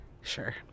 Sure